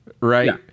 right